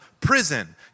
prison